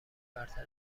برتر